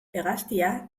hegaztia